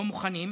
לא מוכנים.